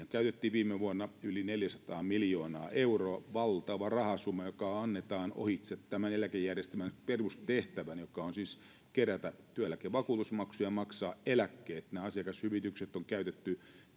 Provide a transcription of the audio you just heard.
viime vuonna yli neljäsataa miljoonaa euroa valtava rahasumma joka annetaan ohitse tämän eläkejärjestelmän perustehtävän joka on siis kerätä työeläkevakuutusmaksuja ja maksaa eläkkeet ne asiakashyvitykset on käytetty